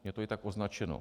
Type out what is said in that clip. Je to i tak označeno.